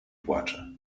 płacze